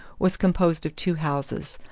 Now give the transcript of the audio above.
was composed of two houses,